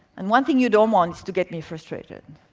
and one thing you don't want is to get me frustrated.